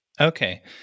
Okay